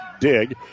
dig